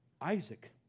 Isaac